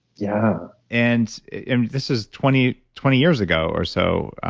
yeah and this is twenty twenty years ago or so.